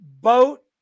boat